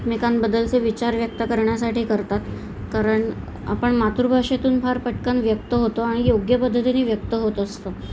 एकमेकांबद्दलचे विचार व्यक्त करण्यासाठी करतात कारण आपण मातृभाषेतून फार पटकन व्यक्त होतो आणि योग्य पद्धतीनी व्यक्त होत असतो